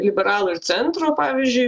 liberalų ir centro pavyzdžiui